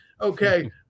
Okay